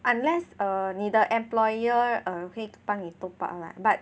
unless err 你的 employer err 会帮你 top up lah but